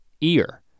ear